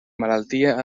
malaltia